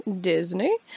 Disney